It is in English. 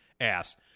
ass